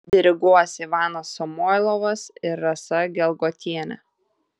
diriguos ivanas samoilovas ir rasa gelgotienė